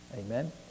Amen